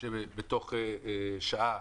שתוך שעה